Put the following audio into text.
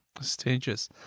Stages